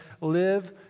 live